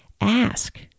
Ask